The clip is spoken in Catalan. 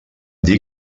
dir